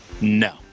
No